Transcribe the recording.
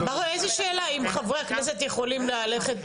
איזה שאלה אם חברי הכנסת יכולים ללכת.